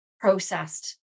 processed